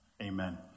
amen